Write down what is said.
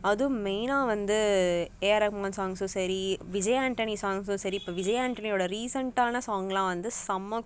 அதுவும் மெயினாக வந்து ஏ ஆர் ரகுமான் சாங்ஸும் சரி விஜய் ஆண்டனி சாங்ஸும் சரி இப்போ விஜய் ஆண்டனியோட ரீசெண்டான சாங்குலாம் வந்து செம்ம